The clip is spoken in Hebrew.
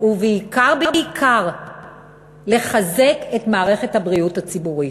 ובעיקר בעיקר לחזק את מערכת הבריאות הציבורית.